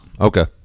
Okay